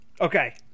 Okay